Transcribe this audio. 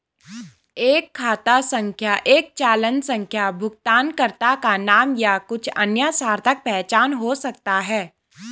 एक खाता संख्या एक चालान संख्या भुगतानकर्ता का नाम या कुछ अन्य सार्थक पहचान हो सकता है